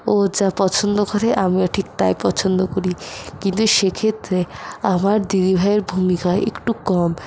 ও যা পছন্দ করে আমিও ঠিক তাই পছন্দ করি কিন্তু সেক্ষেত্রে আমার দিদিভাইয়ের ভূমিকা একটু কম